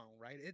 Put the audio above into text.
right